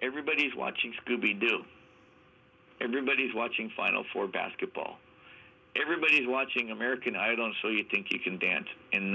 everybody's watching scooby doo everybody's watching final four basketball everybody watching american i don't so you think you can dance and